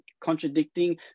contradicting